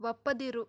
ಒಪ್ಪದಿರು